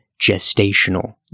gestational